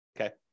okay